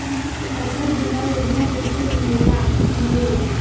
फसल बीमा योजना कैसे मिलेला?